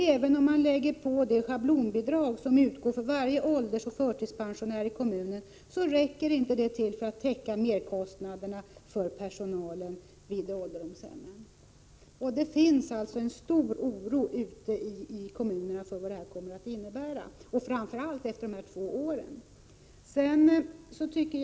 Även om man lägger på det schablonbidrag som utgår för varje åldersoch förtidspensionär i kommunen, räcker det inte för att täcka merkostnaderna för personalen vid ålderdomshemmen. Det finns en stor oro ute i kommunerna för vad detta kommer att innebära, framför allt efter två år.